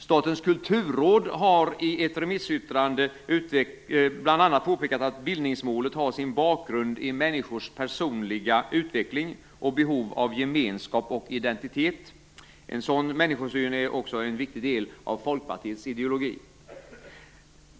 Statens kulturråd har i ett remissyttrande bl.a. påpekat att bildningsmålet har sin bakgrund i människors personliga utveckling och behov av gemenskap och identitet. En sådan människosyn är också en viktig del av Folkpartiets ideologi.